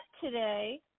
today